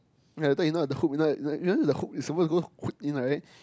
yea later you know the hook you know you know you know the hook is supposed to hook in like that